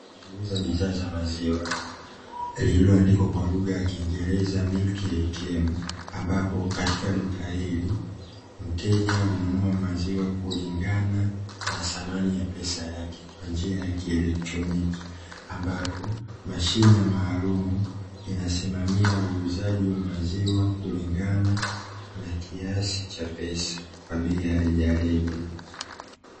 Duka la kuuza bidhaa za maziwa, lililoandikwa kwa lugha ya Kiingereza "Milk ATM," ambapo katika duka hili mteja hununua maziwa kulingana na thamani ya pesa yake kwa njia ya kielektroniki, ambapo mashine maalumu inasimamia uuzaji wa maziwa kulingana na kiasi cha pesa kwa bei ya rejareja.